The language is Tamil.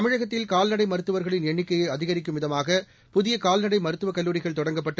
தமிழகத்தில் கால்நடை மருத்துவர்களின் எண்ணிக்கையை அதிகரிக்கும் விதமாக புதிய கால்நடை மருத்துவக் கல்லூரிகள் தொடங்கப்பட்டு